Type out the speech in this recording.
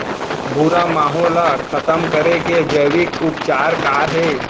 भूरा माहो ला खतम करे के जैविक उपचार का हे?